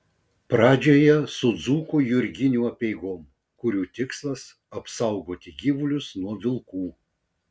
pradžioje su dzūkų jurginių apeigom kurių tikslas apsaugoti gyvulius nuo vilkų